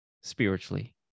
spiritually